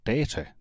Data